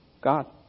God